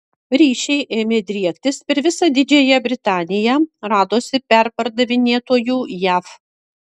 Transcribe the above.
ryšiai ėmė driektis per visą didžiąją britaniją radosi perpardavinėtojų jav